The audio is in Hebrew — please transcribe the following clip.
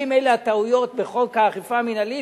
אם אלה הטעויות בחוק האכיפה המינהלית,